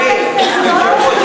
רשימת ההסתייגויות,